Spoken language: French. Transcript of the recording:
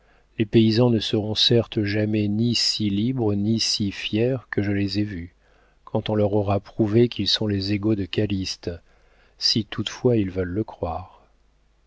les paysans ne seront certes jamais ni si libres ni si fiers que je les ai vus quand on leur aura prouvé qu'ils sont les égaux de calyste si toutefois ils veulent le croire